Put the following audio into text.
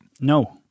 No